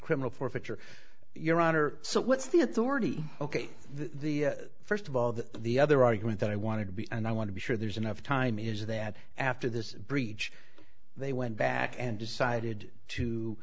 criminal forfeiture your honor so what's the authority ok the first of all the the other argument that i want to be and i want to be sure there's enough time is that after this breach they went back and decided to